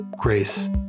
grace